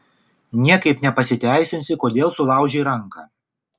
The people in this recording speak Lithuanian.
niekaip ne pasiteisinsi kodėl sulaužei ranką